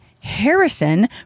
Harrison